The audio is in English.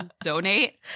donate